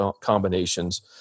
combinations